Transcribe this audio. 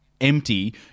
empty